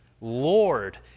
Lord